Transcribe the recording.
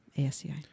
ASCI